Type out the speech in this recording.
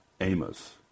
Amos